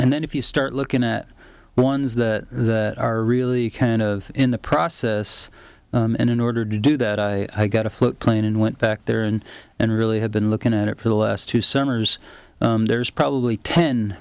and then if you start looking at ones that are really kind of in the process and in order to do that i got a float plane and went back there and and really have been looking at it for the last two summers there's probably ten